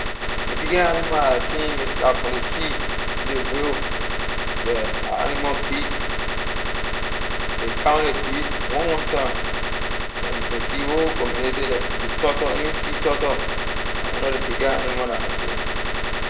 Ley biggest animal I have seen it la from ley sea ley whale yeah la animal big ley come on ley beach one one time and you can see whole community the ley turtle any sea turtle la one of ley biggest animal la I seen.